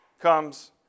comes